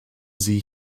sie